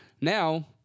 Now